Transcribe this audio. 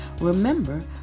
Remember